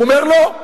הוא אומר: לא.